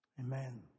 Amen